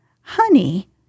Honey